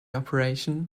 operation